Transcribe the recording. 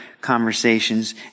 conversations